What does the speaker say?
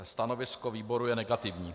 Stanovisko výboru je negativní.